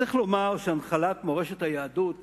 צריך לומר שהנחלת מורשת היהדות